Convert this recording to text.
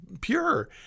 pure